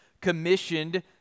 commissioned